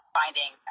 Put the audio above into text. finding